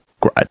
Great